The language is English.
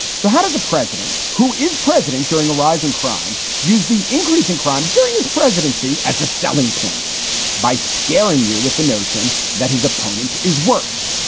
so how does a president who is president during a rising crime use the increase in crime during his presidency as a selling point by scaring you with the notion that his opponent is worse?